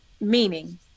Meaning